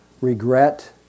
regret